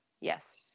Yes